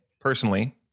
personally